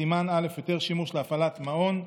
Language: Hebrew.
סימן א' היתר שימוש להפעלת מעון.